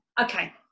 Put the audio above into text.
okay